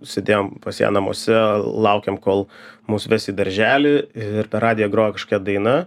sėdėjom pas ją namuose laukėm kol mus ves į darželį ir per radiją grojo kažkokia daina